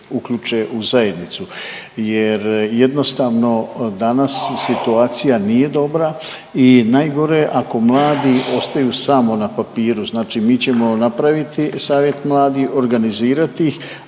uključe u zajednicu jer jednostavno danas situacija nije dobra i najgore ako mladi ostaju samo na papiru, znači mi ćemo napraviti savjet mladih, organizirati ih,